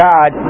God